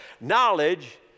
Knowledge